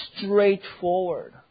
Straightforward